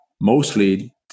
mostly